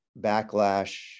backlash